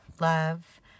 love